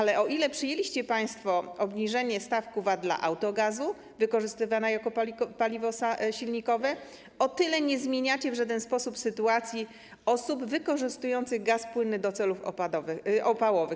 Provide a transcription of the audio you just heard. Ale o ile przyjęliście państwo obniżenie stawki VAT na autogaz wykorzystywany jako paliwo silnikowe, o tyle nie zmienicie w żaden sposób sytuacji osób wykorzystujących gaz płynny do celów opałowych.